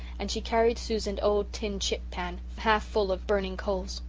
and she carried susan's old tin chip pan, half full of burning coals.